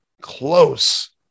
close